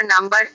number